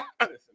Listen